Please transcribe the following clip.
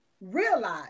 realize